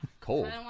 Cold